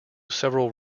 several